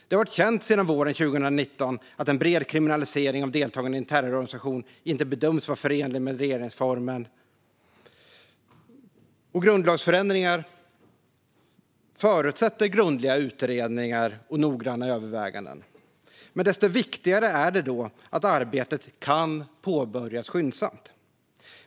Det har varit känt sedan våren 2019 att en bred kriminalisering av deltagande i en terrororganisation inte bedöms vara förenlig med regeringsformen. Grundlagsförändringar förutsätter grundliga utredningar och noggranna överväganden. Desto viktigare är det då att arbetet kan påbörjas skyndsamt.